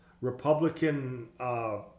Republican